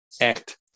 act